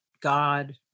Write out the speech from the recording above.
God